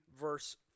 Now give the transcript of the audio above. verse